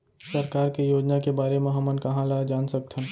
सरकार के योजना के बारे म हमन कहाँ ल जान सकथन?